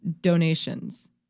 donations